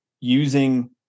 using